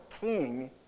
king